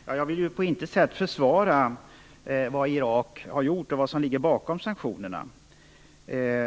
Fru talman! Jag vill ju på intet sätt försvara vad Irak har gjort och vad som ligger bakom sanktionerna.